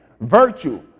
virtue